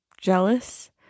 jealous